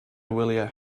wyliau